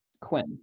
Quinn